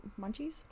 munchies